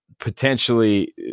potentially